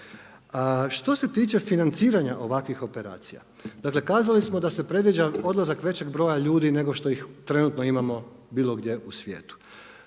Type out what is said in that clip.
Što se tiče financiranja ovakvih operacija, kazali smo da se predviđa odlazak većeg broja ljudi nego što ih trenutno imamo bilo gdje u svijetu.